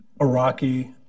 Iraqi